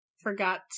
forgot